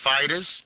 fighters